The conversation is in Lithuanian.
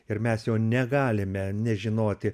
ir mes jo negalime nežinoti